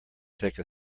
take